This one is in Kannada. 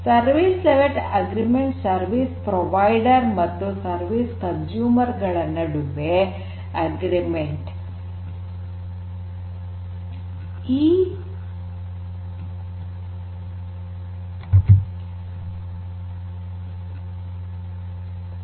service level agreement service provider ಮತ್ತು ಸರ್ವಿಸ್ ಕನ್ಸೂಮರ್ ಗಳ ನಡುವಿನ ಒಪ್ಪಂದ